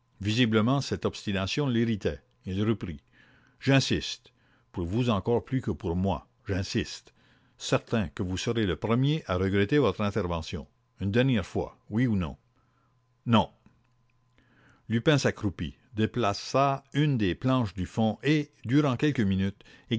visiblement cette obstination l'irritait il reprit j'insiste pour vous encore plus que pour moi j'insiste certain que vous serez le premier à regretter votre intervention une dernière fois oui ou non non lupin s'accroupit déplaça une des planches du fond et durant quelques minutes